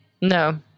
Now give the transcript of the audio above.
No